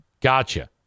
Gotcha